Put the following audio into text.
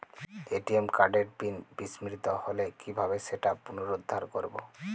ATM কার্ডের PIN বিস্মৃত হলে কীভাবে সেটা পুনরূদ্ধার করব?